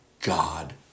god